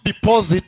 deposit